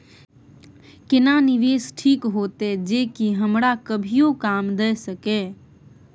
केना निवेश ठीक होते जे की हमरा कभियो काम दय सके?